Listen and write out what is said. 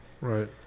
Right